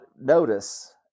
notice